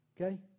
Okay